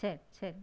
சரி சரிங்